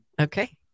Okay